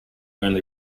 only